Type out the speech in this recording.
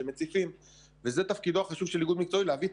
הם מציפים וזה תפקידו החשוב של איגוד מקצועי להביא את